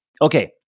Okay